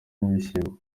n’ibishyimbo